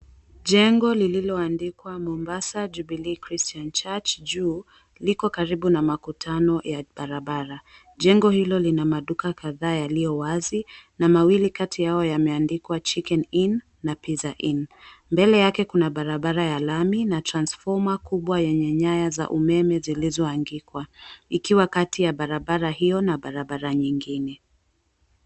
Jengo lililo andikwa Mombasa Jubilee Christian Church juu liko karibu na makutano ya barabara. Jengo hilo lina maduka kadhaa yaliowazi na mawili kati ya hayo yameandikwa chicken inn na pizza inn. Mbele yake kuna barabara ya lami na transfoma kubwa yenye nyaya za umeme zilizo angikwa kati ya barabara hiyo na barabara nyingine.